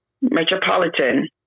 Metropolitan